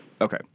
Okay